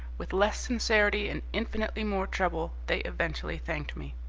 with less sincerity and infinitely more trouble they eventually thanked me.